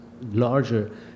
larger